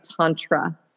Tantra